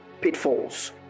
pitfalls